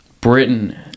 Britain